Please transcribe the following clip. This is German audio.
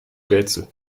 rätsel